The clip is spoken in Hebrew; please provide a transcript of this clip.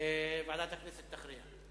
ועדת הכנסת תכריע.